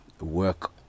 work